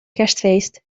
kerstfeest